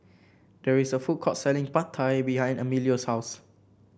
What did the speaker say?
there is a food court selling Pad Thai behind Emilio's house